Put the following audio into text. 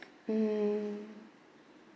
mm